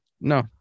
No